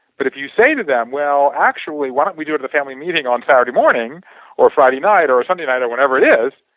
but if you say to them, well, actually why don't we do at the family meeting on saturday morning or friday night or sunday night or whenever it is,